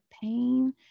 pain